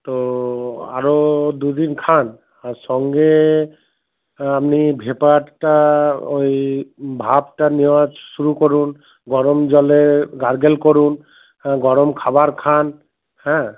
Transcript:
তো আরও দু দিন খান আর সঙ্গে আপনি ভেপারটা ওই ভাপটা নেওয়া শুরু করুন গরম জলে গারগল করুন গরম খাবার খান হ্যাঁ